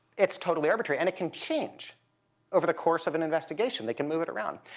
it's totally arbitrary. and it can change over the course of an investigation. they can move it around.